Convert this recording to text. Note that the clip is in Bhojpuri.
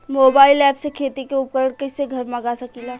मोबाइल ऐपसे खेती के उपकरण कइसे घर मगा सकीला?